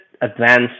advanced